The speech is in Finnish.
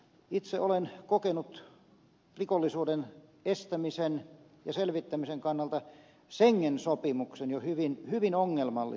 itse olen kokenut rikollisuuden estämisen ja selvittämisen kannalta schengen sopimuksen jo hyvin ongelmalliseksi